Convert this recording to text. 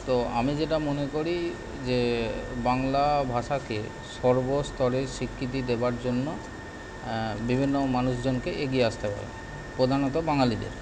তো আমি যেটা মনে করি যে বাংলা ভাষাকে সর্বস্তরে স্বীকৃতি দেওয়ার জন্য বিভিন্ন মানুষজনকে এগিয়ে আসতে হবে প্রধানত বাঙালিদের